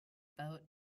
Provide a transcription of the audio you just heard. boat